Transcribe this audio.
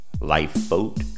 Lifeboat